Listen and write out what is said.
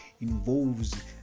involves